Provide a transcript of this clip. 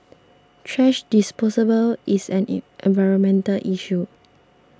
thrash disposal is an environmental issue